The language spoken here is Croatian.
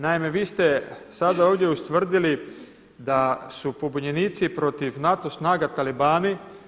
Naime, vi ste sada ovdje ustvrdili da su pobunjenici protiv NATO snaga talibani.